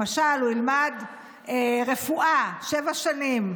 למשל, הוא ילמד רפואה שבע שנים,